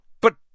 But